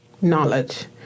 Knowledge